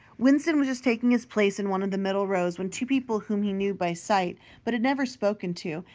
winston was just taking his place in one of the middle rows when two people whom he knew by sight, but had never spoken to,